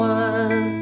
one